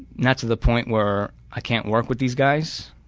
not to the point where i can't work with these guys